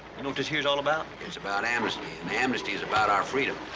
you know what this here's all about? it's about amnesty, and amnesty's about our freedom.